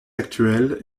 actuelles